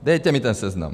Dejte mi ten seznam.